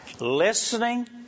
Listening